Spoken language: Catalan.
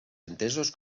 entesos